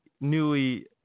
newly